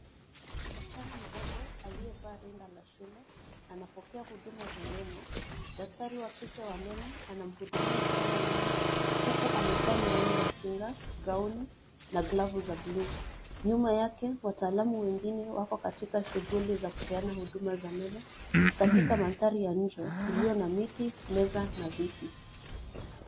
Msichana mdogo aliyevaa rinda la shule anapokea huduma za meno. Daktari wa kike wa meno anamhudumia msichana yule, huku amevaa miwani ya kinga, gauni, na glavu za blue . Nyuma yake wataalamu wengine wako katika shughuli za kupeana huduma za meno, katika mandhari ya nje, iliyo na miti, meza, na viti.